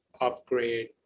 Upgrade